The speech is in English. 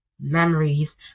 memories